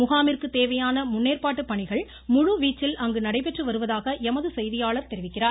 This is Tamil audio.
முகாமிற்கு தேவையான முன்னேற்பாட்டுப் பணிகள் முழுவீச்சில் அங்கு நடைபெற்று வருவதாக எமது செய்தியாளர் தெரிவிக்கிறார்